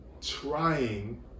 trying